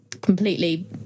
completely